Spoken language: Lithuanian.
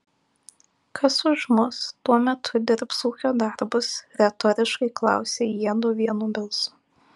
kas už mus tuo metu dirbs ūkio darbus retoriškai klausia jiedu vienu balsu